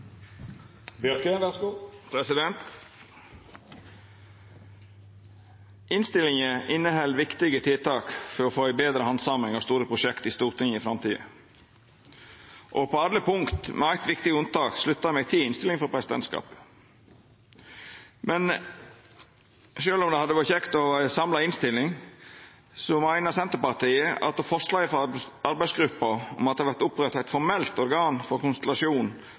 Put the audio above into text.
Innstillinga inneheld viktige tiltak for å få ei betre handsaming av store prosjekt i Stortinget i framtida. På alle punkt, med eitt viktig unntak, sluttar eg meg til innstillinga frå presidentskapet. Sjølv om det hadde vore kjekt å ha ei samla innstilling, meiner Senterpartiet at forslaget frå arbeidsgruppa om at det vert oppretta eit formelt organ for